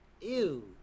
Ew